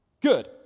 good